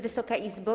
Wysoka Izbo!